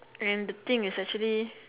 and the thing is actually